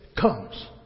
comes